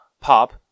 Pop